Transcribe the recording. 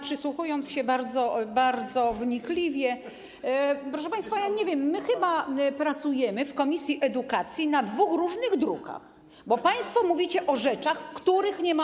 Przysłuchuję się bardzo wnikliwie, proszę państwa, i nie wiem, chyba pracujemy w komisji edukacji nad dwoma różnymi drukami, bo państwo mówicie o rzeczach, których nie ma.